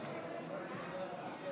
נתקבלה.